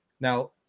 Now